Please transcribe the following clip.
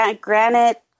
granite